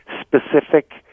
specific